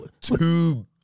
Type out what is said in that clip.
two